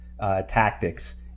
tactics